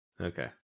Okay